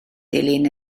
dilyn